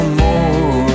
more